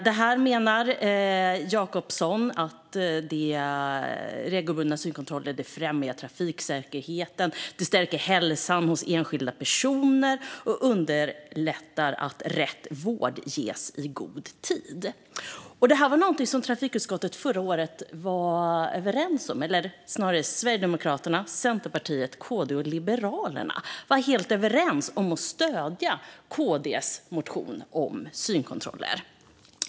Jacobsson menar att regelbundna synkontroller främjar trafiksäkerheten, stärker hälsan hos enskilda personer och underlättar att rätt vård ges i god tid. Det här är något som trafikutskottet förra året var överens om - eller snarare var Sverigedemokraterna, Centerpartiet och Liberalerna helt överens om att stödja Kristdemokraternas motion om synkontroller.